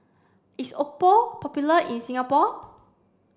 is Oppo popular in Singapore